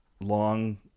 long